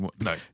no